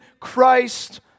Christ